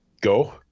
go